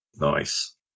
Nice